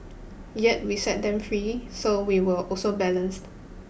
yet we set them free so we were also balanced